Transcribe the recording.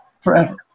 forever